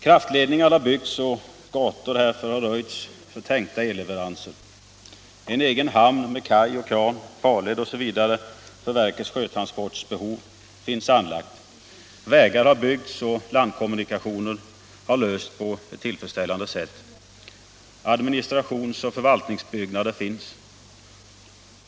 Kraftledningar har byggts och gator härför har röjts för tänkta elleveranser. En egen hamn med kaj, kran, farled osv. för verkets sjötransportbehov finns anlagda. Vägar har byggts och problemen med landkommunikationer har lösts på ett tillfredsställande sätt. Administrationsoch förvaltningsbyggnader finns också.